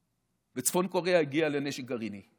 וצפון קוריאה הגיעה לנשק גרעיני.